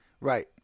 Right